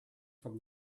form